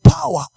power